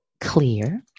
clear